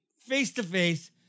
face-to-face